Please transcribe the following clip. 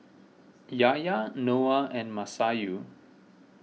Yahya Noah and Masayu